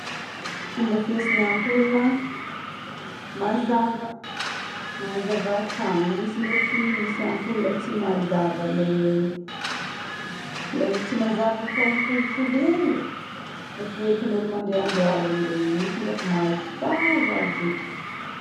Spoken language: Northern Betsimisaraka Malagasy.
Fomba fiasan'ny ampoule: mazava. Magnazava tragno. Misy ndraiky- misy ampoule tsy mazava. Ilay, ilay tsy mazava fô mipozipozy hely. Ilay foentin'olo mandeha andro aligna regny. Misy ndraiky mazava be.